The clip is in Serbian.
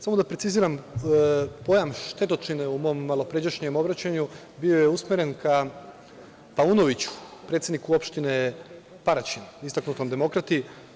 Samo da preciziram, pojam štetočine u mom malopređašnjem obraćanju bio je usmeren ka Paunoviću, predsedniku opštine Paraćin, istaknutom demokrati.